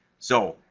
so,